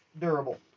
Durable